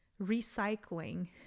recycling